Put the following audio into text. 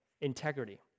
integrity